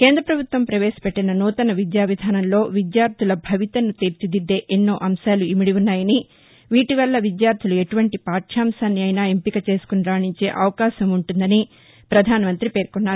కేంద్ర ప్రభుత్వం ప్రవేశపెట్టిన నూతన విద్యా విధానంలో విద్యార్గుల భవితను తీర్చిదిద్దే ఎన్నో అంశాలు ఇమిడి ఉన్నాయని వీటివల్ల విద్యార్గులు ఎటువంటి పాఠ్యాంశాన్ని అయినా ఎంపిక చేసుకుని రాణించే అవకాశం ఉంటుందని ప్రధానమంత్రి పేర్కొన్నారు